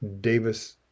Davis